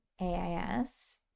AIS